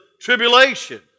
tribulation